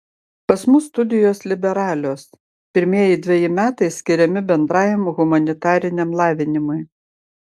pas mus studijos liberalios pirmieji dveji metai skiriami bendrajam humanitariniam lavinimui